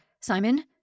Simon